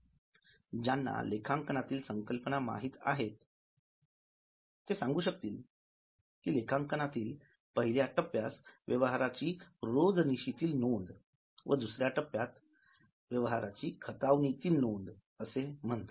ज्यांना लेखांकनातील संकल्पना माहित आहेत ते सांगू शकतील कि लेखांकनातील पहिल्या टप्प्यास व्यवहाराची रोजनिशीतील नोंद व दुसऱ्या टप्प्यास खतावणीतील नोंद असे म्हणतात